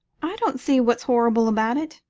i don't see what's horrible about it,